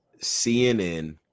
CNN